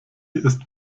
ist